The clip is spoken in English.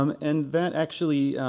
and that actually